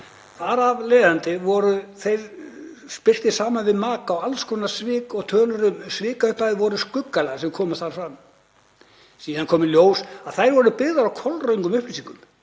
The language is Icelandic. Þar af leiðandi voru þeir spyrtir saman við maka og alls konar svik og tölur um svikaupphæðir voru skuggalegar sem komu þar fram. Síðan kom í ljós að þær voru byggðar á kolröngum upplýsingum,